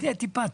כן, טיפה.